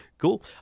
cool